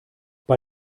bei